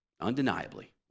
undeniably